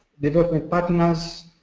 development partners,